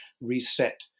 reset